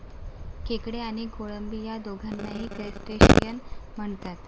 खेकडे आणि कोळंबी या दोघांनाही क्रस्टेशियन म्हणतात